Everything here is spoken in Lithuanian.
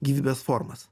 gyvybės formas